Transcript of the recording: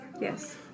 Yes